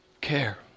care